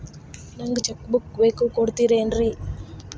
ನಂಗ cheque book ಬೇಕು ಕೊಡ್ತಿರೇನ್ರಿ?